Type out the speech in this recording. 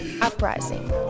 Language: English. uprising